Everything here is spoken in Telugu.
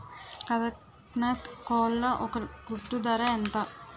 కదక్నత్ కోళ్ల ఒక గుడ్డు ధర ఎంత?